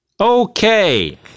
Okay